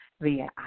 via